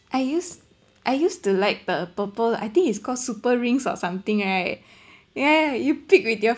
I use I used to like the purple I think it's called super rings or something right ya you pick with your